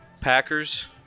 Packers